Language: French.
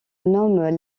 nomment